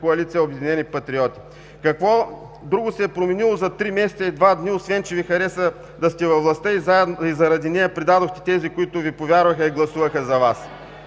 Коалиция „Обединени патриоти“: какво друго се е променило за три месеца и два дни, освен, че Ви харесва да сте във властта и заради нея предадохте тези, които Ви повярваха и гласуваха за Вас?